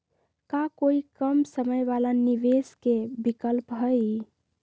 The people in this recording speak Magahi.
का कोई कम समय वाला निवेस के विकल्प हई?